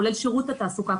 כולל שירות התעסוקה,